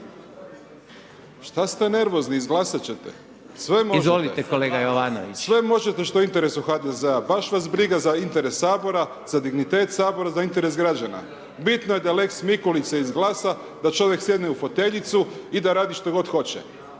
šta ste nervozni, izglasati ćete, sve možete …/Upadica: Izvolite kolega Jovanović/…sve možete šta je u interesu HDZ-a, baš vas briga za interes Sabora, za dignitet Sabora, za interes građana, bitno je da Lex Mikulić se izglasa, da čovjek sjedne u foteljicu i da radi što hoće.